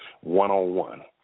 one-on-one